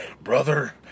brother